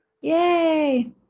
Yay